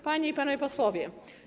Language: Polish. Panie i Panowie Posłowie!